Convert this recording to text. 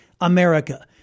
America